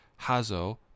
hazo